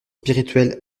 spirituel